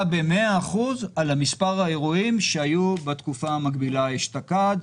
ב-100% על מספר האירועים שהיו בתקופה המקבילה אשתקד.